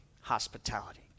hospitality